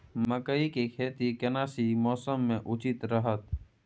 मकई के खेती केना सी मौसम मे उचित रहतय?